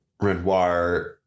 Renoir